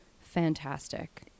Fantastic